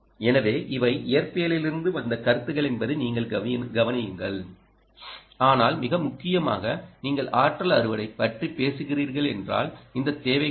எனவே இவை இயற்பியலில் இருந்து வந்த கருத்துக்கள் என்பதை நீங்கள் கவனியுங்கள் ஆனால் மிக முக்கியமாக நீங்கள் ஆற்றல் அறுவடை பற்றி பேசுகிறீர்கள் என்றால் இந்த தேவைகள் என்ன